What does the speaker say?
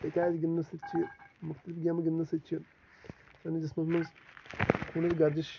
تِکیٛازِ گِنٛدنہٕ سۭتۍ چھِ مختلف گیمہٕ گِنٛدنہٕ سۭتۍ چھِ سٲنِس جِسمَس منٛز خوٗنٕچ گَردش